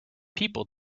people